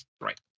right